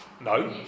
No